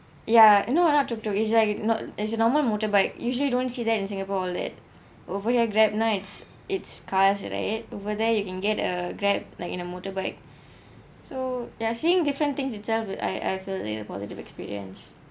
yeah eh no it not tuk tuk it's like no~ it's a normal motorbike usually don't see that in singapore that over here grab ride it's car it ride it over there you can get a grab like in a motorbike so ya seeing different things itself I I feel the positive experience